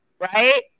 right